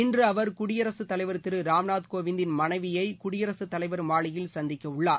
இன்று அவர் குடியரசுத்தலைவர் திரு ராம்நாத் கோவிந்த்தின் மனைவியை குடியரசுத் தலைவர் மாளிகையில் சந்திக்கவுள்ளார்